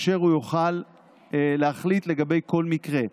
והוא יוכל להחליט לגבי כל מקרה.